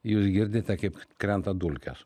jūs girdite kaip krenta dulkes